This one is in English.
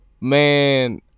Man